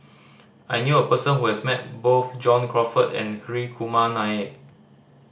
I knew a person who has met both John Crawfurd and Hri Kumar Nair